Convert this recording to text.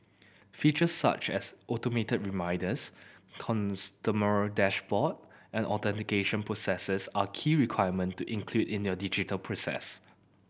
features such as automated reminders customer dashboard and authentication processes are key requirement to include in your digital process